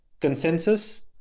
consensus